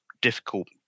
difficult